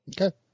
okay